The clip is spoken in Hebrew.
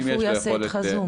מאיפה הוא יעשה איתך זום?